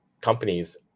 companies